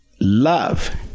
love